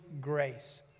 grace